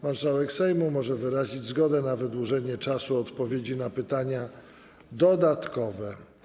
Marszałek Sejmu może wyrazić zgodę na wydłużenie czasu odpowiedzi na pytania dodatkowe.